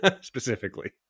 specifically